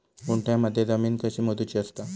गुंठयामध्ये जमीन कशी मोजूची असता?